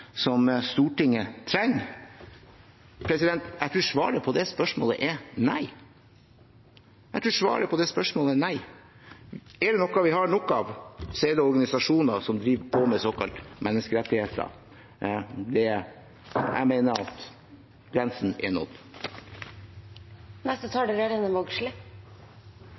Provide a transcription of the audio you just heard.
som Stortinget trenger? Jeg tror svaret på det spørsmålet er nei. Er det noe vi har nok av, er det organisasjoner som driver på med såkalte menneskerettigheter. Jeg mener at grensen er nådd. Menneskerettar på den eine sida og politikken heilt på den andre sida – det er